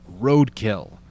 Roadkill